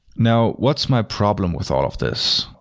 now, what's my problem with all of this?